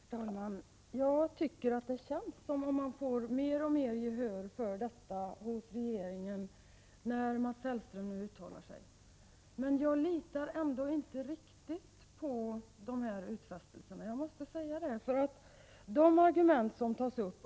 Herr talman! Jag tycker att det känns som om vi får mer och mer gehör för vårt krav hos regeringen, när Mats Hellström nu uttalar sig. Men jag litar ändå inte riktigt på dessa utfästelser — jag måste säga det.